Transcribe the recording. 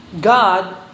God